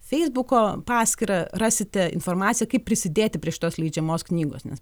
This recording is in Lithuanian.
feisbuko paskyrą rasite informaciją kaip prisidėti prie šitos leidžiamos knygos nes